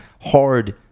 hard